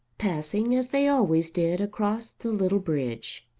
passing as they always did across the little bridge.